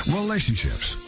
relationships